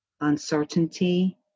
uncertainty